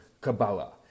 Kabbalah